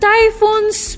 Typhoons